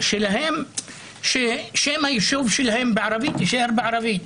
שלהם ששם היישוב שלהם בערבית יישאר בערבית.